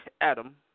Adam